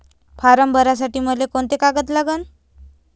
Form भरासाठी मले कोंते कागद लागन?